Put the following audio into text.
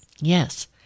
Yes